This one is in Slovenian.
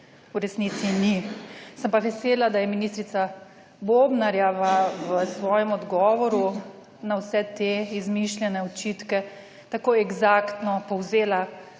v resnici ni. Sem pa vesela, da je ministrica Bobnarjeva v svojem odgovoru na vse te izmišljene očitke tako eksaktno povzela